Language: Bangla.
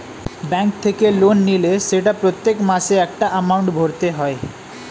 ব্যাঙ্ক থেকে লোন নিলে সেটা প্রত্যেক মাসে একটা এমাউন্ট ভরতে হয়